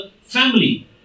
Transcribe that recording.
family